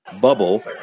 bubble